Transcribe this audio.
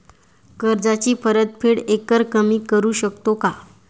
कर्जाची परतफेड एकरकमी करू शकतो का?